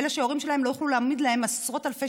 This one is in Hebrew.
באלה שההורים שלהם לא יוכלו להעמיד להם עשרות אלפי